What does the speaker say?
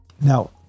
Now